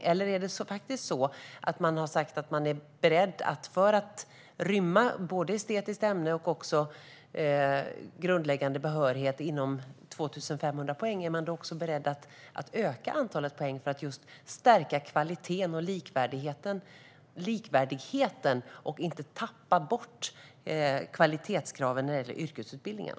Eller har man faktiskt sagt att man, för att rymma både estetiska ämnen och grundläggande behörighet inom 2 500 poäng, är beredd att öka antalet poäng för att just stärka kvaliteten och likvärdigheten och inte tappa bort kvalitetskraven när det gäller yrkesutbildningarna?